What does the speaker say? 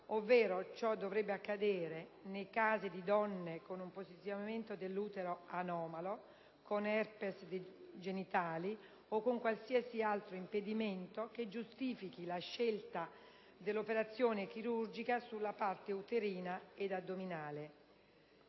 ovvero ciò dovrebbe accadere nei casi di donne con un posizionamento dell'utero anomalo, con *herpes* genitali, o con qualsivoglia altro impedimento che giustifichi la scelta dell'operazione chirurgica sulla parte uterina ed addominale;